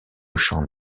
chant